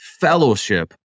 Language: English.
fellowship